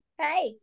Hey